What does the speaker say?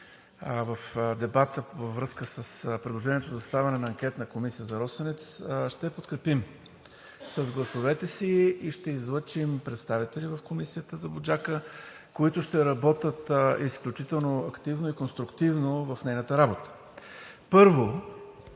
в дебата във връзка с предложението за съставяне на Анкетна комисия за „Росенец“, ще подкрепим с гласовете си и ще излъчим представители в Комисията за „Буджака“, които ще работят изключително активно и конструктивно в нейната работа. Първо,